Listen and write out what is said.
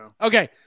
Okay